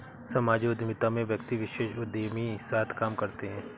सामाजिक उद्यमिता में व्यक्ति विशेष उदयमी साथ काम करते हैं